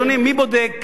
אדוני: מי בודק?